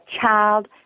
child